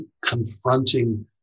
confronting